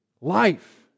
life